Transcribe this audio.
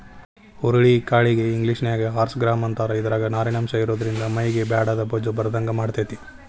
ಹುರುಳಿ ಕಾಳಿಗೆ ಇಂಗ್ಲೇಷನ್ಯಾಗ ಹಾರ್ಸ್ ಗ್ರಾಂ ಅಂತಾರ, ಇದ್ರಾಗ ನಾರಿನಂಶ ಇರೋದ್ರಿಂದ ಮೈಗೆ ಬ್ಯಾಡಾದ ಬೊಜ್ಜ ಬರದಂಗ ಮಾಡ್ತೆತಿ